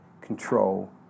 control